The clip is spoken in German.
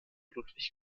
ludwig